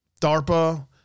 DARPA